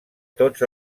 tots